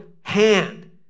hand